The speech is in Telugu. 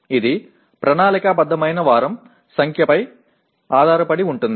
ఇది ప్రణాళికాబద్ధమైన వారం సంఖ్యపై ఆధారపడి ఉంటుంది